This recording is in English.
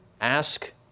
ask